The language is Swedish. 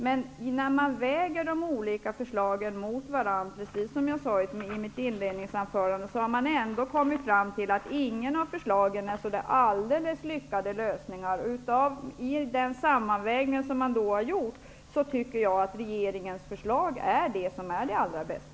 Men när man väger de olika förslagen mot varandra, precis som jag sade i mitt inledningsanförande, har utskottet ändå kommit fram till att inget av förslagen innebär så där alldeles lyckade lösningar, och i den sammanvägning som gjorts tycker jag att regeringens förslag är det allra bästa.